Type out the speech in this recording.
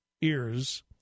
ears